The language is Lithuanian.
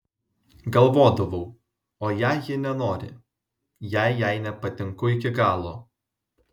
galvodavau o jei ji nenori jei jai nepatinku iki galo